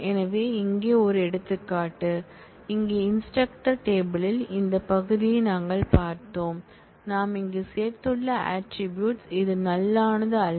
எனவே இங்கே ஒரு எடுத்துக்காட்டு இங்கே இன்ஸ்ட்ரக்டர் டேபிள் ல் இந்த பகுதியை நாங்கள் பார்த்தோம் நாம் இங்கு சேர்த்துள்ள ஆட்ரிபூட்ஸ் இது நல் மானது அல்ல